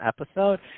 episode